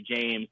James